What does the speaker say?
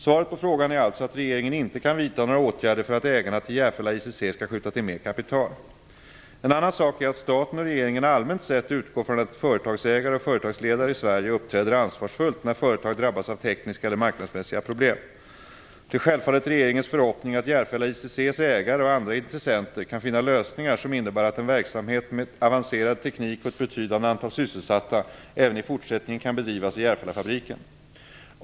Svaret på frågan är alltså att regeringen inte kan vidta några åtgärder för att ägarna till Järfälla ICC skall skjuta till mer kapital. En annan sak är att staten och regeringen allmänt sett utgår från att företagsägare och företagsledare i Sverige uppträder ansvarsfullt när företag drabbas av tekniska eller marknadsmässiga problem. Det är självfallet regeringens förhoppning att Järfälla ICC:s ägare och andra intressenter kan finna lösningar som innebär att en verksamhet med avancerad teknik och ett betydande antal sysselsatta även i fortsättningen kan bedrivas i Järfällafabriken.